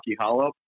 hollow